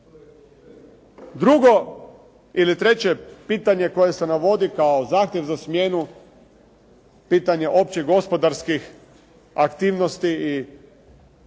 Drugo ili treće pitanje koje se navodi kao zahtjev za smjenu, pitanje opće gospodarskih aktivnosti i gospodarskoga